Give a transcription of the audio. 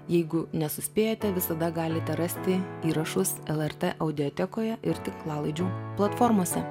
jeigu nesuspėjote visada galite rasti įrašus lrt audiotekoje ir tinklalaidžių platformose